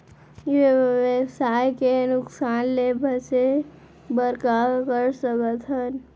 ई व्यवसाय के नुक़सान ले बचे बर का कर सकथन?